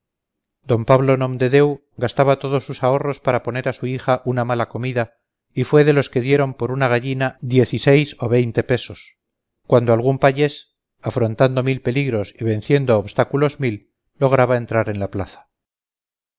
d pablo nomdedeu gastaba todos sus ahorros para poner a su hija una mala comida y fue de los que dieron por una gallina diez y seis o veinte pesos cuando algún payés afrontando mil peligros y venciendo obstáculos mil lograba entrar en la plaza